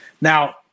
Now